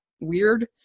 weird